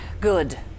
good